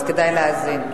אז כדאי להאזין.